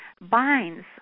binds